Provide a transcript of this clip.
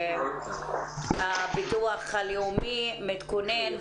הביטוח הלאומי מתכונן?